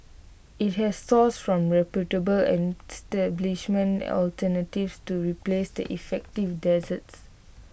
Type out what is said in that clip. IT has sourced from reputable establishments alternatives to replace the effective desserts